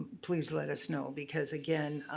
please let us know. because again,